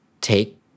take